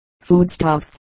foodstuffs